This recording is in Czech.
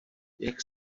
jak